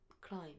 Climb